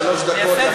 שלוש דקות.